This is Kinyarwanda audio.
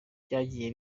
byagiye